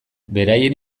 beraien